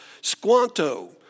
Squanto